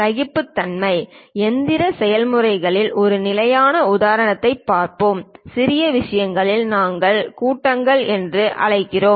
சகிப்புத்தன்மை எந்திர செயல்முறைகளில் ஒரு நிலையான உதாரணத்தைப் பார்ப்போம் சில விஷயங்களை நாங்கள் கூட்டங்கள் என்று அழைக்கிறோம்